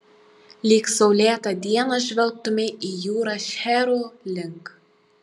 lyg saulėtą dieną žvelgtumei į jūrą šcherų link